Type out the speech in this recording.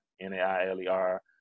N-A-I-L-E-R